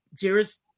dearest